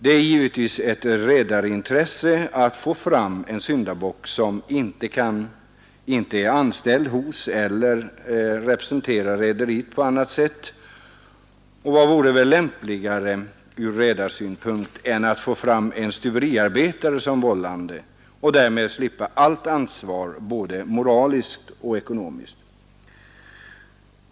Det är givetvis ett redarintresse att få fram en syndabock som inte är anställd hos eller på annat sätt representerar rederiet. Och vad vore väl lämpligare ur redarsynpunkt än att få fram en stuveriarbetare som vållande och därmed slippa allt ansvar, både moraliskt och ekonomiskt?